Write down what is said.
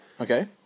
Okay